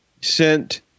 sent